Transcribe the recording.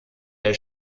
der